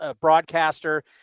broadcaster